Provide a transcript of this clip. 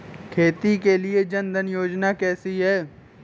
खेती के लिए जन धन योजना कैसी है?